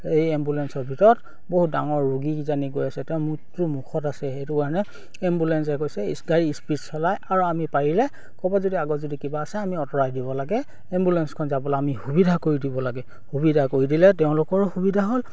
এই এম্বুলেঞ্চৰ ভিতৰত বহুত ডাঙৰ ৰোগী কিজানি গৈ আছে তেওঁ মূৃত্যু মুখত আছে সেইটো কাৰণে এম্বুলেঞ্চে কৈছে গাড়ী স্পীড চলাই আৰু আমি পাৰিলে ক'ব যদি আগত যদি কিবা আছে আমি আঁতৰাই দিব লাগে এম্বুলেঞ্চখন যাবলে আমি সুবিধা কৰি দিব লাগে সুবিধা কৰি দিলে তেওঁলোকৰো সুবিধা হ'ল